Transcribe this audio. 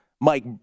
Mike